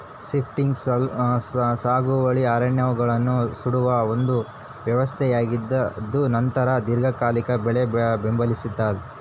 shifting ಸಾಗುವಳಿ ಅರಣ್ಯಗಳನ್ನು ಸುಡುವ ಒಂದು ವ್ಯವಸ್ಥೆಯಾಗಿದ್ದುನಂತರ ದೀರ್ಘಕಾಲಿಕ ಬೆಳೆ ಬೆಂಬಲಿಸ್ತಾದ